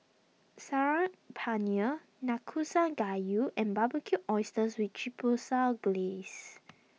Saag Paneer Nanakusa Gayu and Barbecued Oysters with Chipotle Glaze